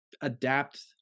adapt